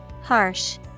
Harsh